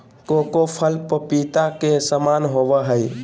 cocoa फल पपीता के समान होबय हइ